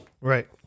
Right